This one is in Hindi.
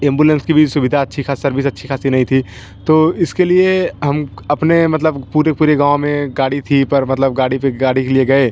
एम्बुलेंस की भी सुविधा अच्छी ख़ासी सर्विस अच्छी ख़ासी नहीं थी तो इसके लिए हम अपने मतलब पूरे पूरे गाँव में गाड़ी थी पर मतलब गाड़ी पर गाड़ी ले गए